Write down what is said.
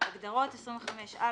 הגדרות 25א.